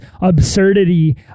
absurdity